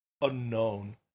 unknown